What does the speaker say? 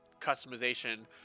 customization